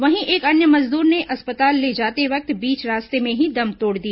वहीं एक अन्य मजदूर ने अस्पताल ले जाते वक्त बीच रास्ते में दम तोड़ दिया